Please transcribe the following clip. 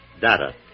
Data